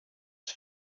his